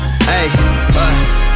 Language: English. hey